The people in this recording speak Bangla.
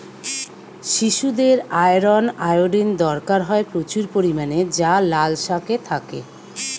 শিশুদের আয়রন, আয়োডিন দরকার হয় প্রচুর পরিমাণে যা লাল শাকে থাকে